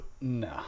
No